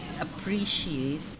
appreciate